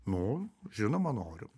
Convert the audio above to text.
nu žinoma noriu